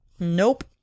Nope